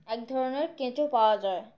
এক ধরনের কেঁচো পাওয়া যায়